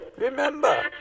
Remember